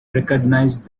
recognize